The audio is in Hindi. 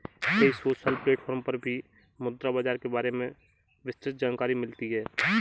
कई सोशल प्लेटफ़ॉर्म पर भी मुद्रा बाजार के बारे में विस्तृत जानकरी मिलती है